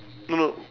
no no